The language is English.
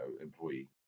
employee